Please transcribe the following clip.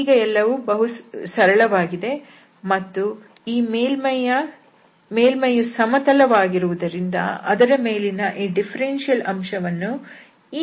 ಈಗ ಎಲ್ಲವೂ ಬಹು ಸರಳವಾಗಿದೆ ಮತ್ತು ಈ ಮೇಲ್ಮೈಯು ಸಮತಲವಾದುದರಿಂದ ಅದರ ಮೇಲಿನ ಈ ಡಿಫರೆನ್ಷಿಯಲ್ ಅಂಶ ವನ್ನು ಈ ಪ್ರಮಾಣದಿಂದ ಕಂಡುಹಿಡಿಯಬಹುದು